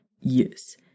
Yes